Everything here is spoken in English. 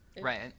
Right